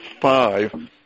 five